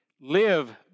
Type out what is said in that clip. live